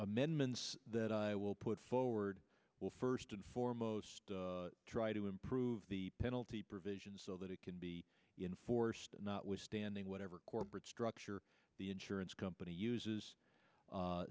amendments that i will put forward will first and foremost try to improve the penalty provisions so that it can be enforced notwithstanding whatever corporate structure the insurance company uses